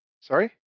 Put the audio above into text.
Sorry